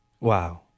Wow